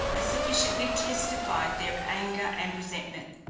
as sufficiently testified their anger and resentment.